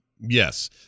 yes